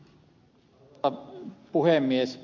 arvoisa puhemies